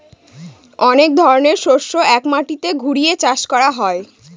অনেক ধরনের শস্য এক মাটিতে ঘুরিয়ে চাষ করা হয়